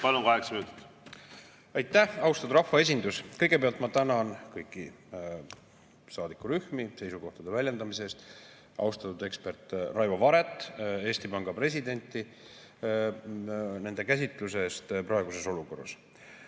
Palun, kaheksa minutit! Aitäh! Austatud rahvaesindus! Kõigepealt ma tänan kõiki saadikurühmi seisukohtade väljendamise eest, austatud eksperti Raivo Varet ja Eesti Panga presidenti nende käsitluse eest praeguses olukorras.